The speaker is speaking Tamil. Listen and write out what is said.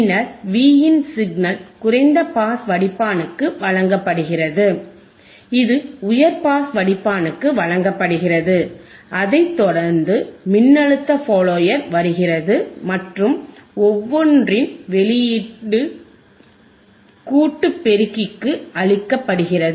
பின்னர் Vin சிக்னல் குறைந்த பாஸ் வடிப்பானுக்கு வழங்கப்படுகிறது இது உயர் பாஸ் வடிப்பானுக்கு வழங்கப்படுகிறது அதைத் தொடர்ந்து மின்னழுத்த ஃபாலோயர் வருகிறது மற்றும் ஒவ்வொன்றின் வெளியீடும் கூட்டு பெருக்கிக்கு அளிக்கப்படுகிறது